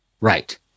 Right